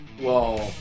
Whoa